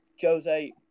Jose